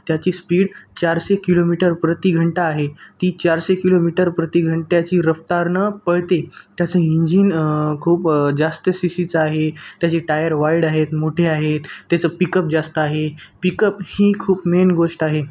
त्याची स्पीड चारशे किलोमीटर प्रति घंटा आहे ती चारशे किलोमीटर प्रति घंट्याची रफ्तारनं पळते त्याचं इंजिन खूप जास्त सी सी चं आहे त्याची टायर वाईड आहेत मोठे आहेत त्याचं पिकअप जास्त आहे पिकअप ही खूप मेन गोष्ट आहे